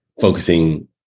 focusing